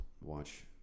watch